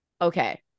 Okay